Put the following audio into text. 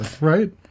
right